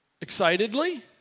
excitedly